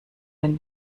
den